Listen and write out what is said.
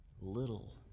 little